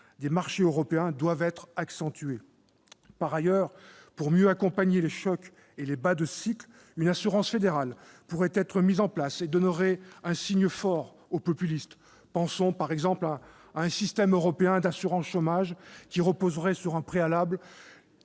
des marchés européens doivent être accentués. Par ailleurs, pour mieux accompagner les chocs et les bas de cycle, une assurance fédérale pourrait être mise en place. Cela permettrait d'envoyer un signe fort aux populistes. Pensons par exemple à un système européen d'assurance chômage qui reposerait sur un préalable